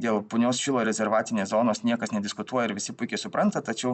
dėl punios šilo rezervatinės zonos niekas nediskutuoja ir visi puikiai supranta tačiau